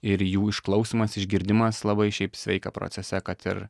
ir jų išklausymas išgirdimas labai šiaip sveika procese kad ir